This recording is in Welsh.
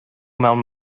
mewn